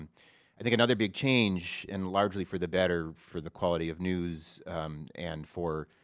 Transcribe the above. and i think another big change and largely for the better for the quality of news and for